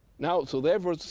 now so therefore,